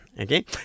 Okay